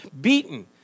beaten